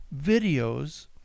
videos